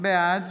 בעד